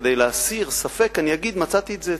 וכדי להסיר ספק, אני אגיד מצאתי את זה,